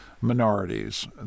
minorities